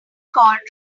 called